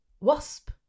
wasp